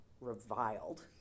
reviled